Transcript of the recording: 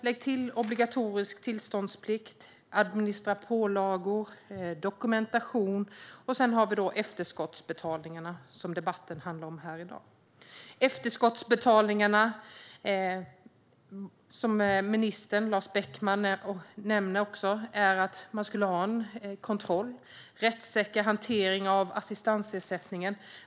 Lägg till obligatorisk tillståndsplikt, administrativa pålagor, dokumentation och de efterskottsbetalningar som dagens debatt handlar om. Som både ministern och Lars Beckman nämnde var tanken med efterskottsbetalningarna att man skulle ha kontroll på och få en rättssäker hantering av assistansersättningen.